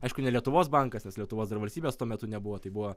aišku ne lietuvos bankas nes lietuvos dar valstybės tuo metu nebuvo tai buvo